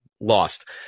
Lost